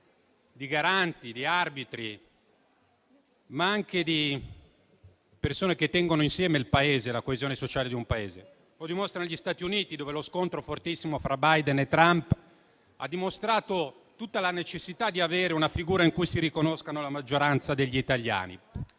di garanti, di arbitri, ma anche di persone che tengano insieme il Paese e ne garantiscano la coesione sociale. Lo dimostrano gli Stati Uniti, dove lo scontro fortissimo fra Biden e Trump ha dimostrato tutta la necessità di avere una figura in cui si riconoscano la maggioranza dei cittadini.